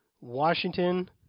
Washington